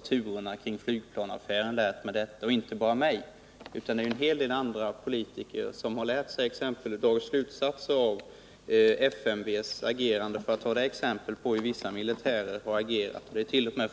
Turerna kring flygplansaffären har gjort att inte bara jag utan också en hel del andra politiker har dragit slutsatser av FMV:s agerande. Där har vi ett exempel på hur vissa militärer har agerat. Det ärt.o.m.